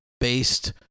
based